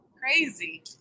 Crazy